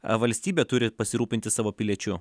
valstybė turi pasirūpinti savo piliečiu